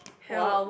help